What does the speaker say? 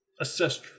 assess